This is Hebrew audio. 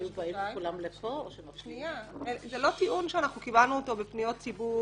היו באים כולם לפה --- זה לא טיעון שאנחנו קיבלנו אותו בפניות ציבור